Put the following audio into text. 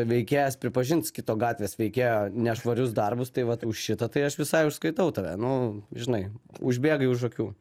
veikėjas pripažins kito gatvės veikėjo nešvarius darbus tai vat už šitą tai aš visai užskaitau tave nu žinai užbėgai už akių